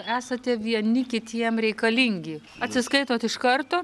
esate vieni kitiem reikalingi atsiskaitot iš karto